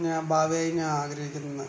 ഞാൻ ഭാവി ഞാൻ ആഗ്രഹിക്കുന്ന